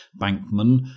Bankman